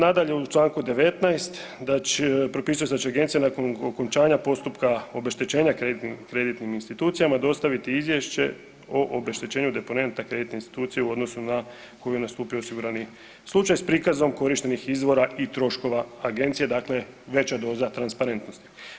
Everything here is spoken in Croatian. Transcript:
Nadalje, u čl. 19. propisuje se će agencija nakon okončanja postupka obeštećenja kreditnim institucijama dostaviti izvješće o obeštećenju deponenta kreditne institucije u odnosu na koju je nastupio osigurani slučaj s prikazom korištenih izvora i troškova agencija, dakle veća doza transparentnosti.